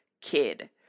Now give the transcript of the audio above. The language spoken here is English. kid